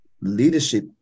Leadership